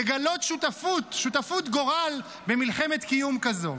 לגלות שותפות, שותפות גורל במלחמת כזו.